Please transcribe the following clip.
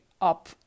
up